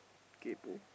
kaypoh